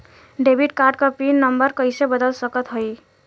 Debit card क pin number कइसे बदल सकत हई?